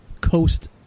coast